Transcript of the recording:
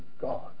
God